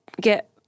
get